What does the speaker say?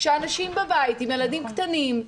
כשאנשים בבית, עם ילדים קטנים,